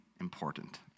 important